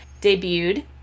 debuted